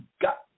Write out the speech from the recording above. got